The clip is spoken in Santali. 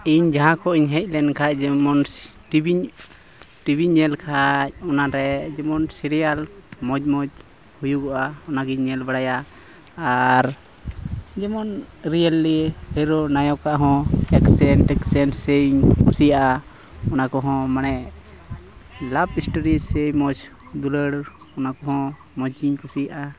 ᱤᱧ ᱡᱟᱦᱟᱸ ᱠᱷᱚᱱᱤᱧ ᱦᱮᱡ ᱞᱮᱱᱠᱷᱟᱱ ᱡᱮᱢᱚᱱ ᱴᱤᱵᱷᱤᱧ ᱴᱤᱵᱷᱤᱧ ᱧᱮᱞ ᱠᱷᱟᱱ ᱚᱱᱟ ᱨᱮ ᱡᱮᱢᱚᱱ ᱥᱤᱨᱤᱭᱟᱞ ᱢᱚᱡᱽ ᱢᱚᱡᱽ ᱦᱩᱭᱩᱜᱚᱜᱼᱟ ᱚᱱᱟ ᱜᱤᱧ ᱧᱮᱞ ᱵᱟᱲᱟᱭᱟ ᱟᱨ ᱡᱮᱢᱚᱱ ᱨᱤᱭᱮᱞᱤ ᱦᱤᱨᱳ ᱱᱟᱭᱚᱠᱟᱜ ᱦᱚᱸ ᱮᱠᱥᱮᱱ ᱴᱮᱠᱥᱮᱱ ᱥᱮᱧ ᱠᱩᱥᱤᱭᱟᱜᱼᱟ ᱚᱱᱟ ᱠᱚᱦᱚᱸ ᱢᱟᱱᱮ ᱞᱟᱵᱷ ᱥᱴᱳᱨᱤ ᱥᱮ ᱢᱚᱡᱽ ᱫᱩᱞᱟᱹᱲ ᱚᱱᱟ ᱠᱚᱦᱚᱸ ᱢᱚᱡᱽ ᱜᱤᱧ ᱠᱩᱥᱤᱭᱟᱜᱼᱟ